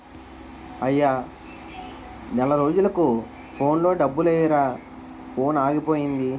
అయ్యా నెల రోజులకు ఫోన్లో డబ్బులెయ్యిరా ఫోనాగిపోయింది